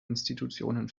institutionen